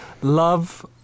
love